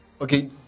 okay